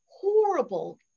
horrible